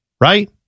right